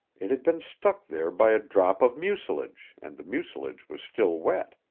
it had been stuck there by a drop of mucilage, and the mucilage was still wet.